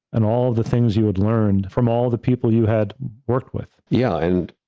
and all the things you would learn from all the people you had worked with. yeah, and